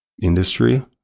industry